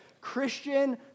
Christian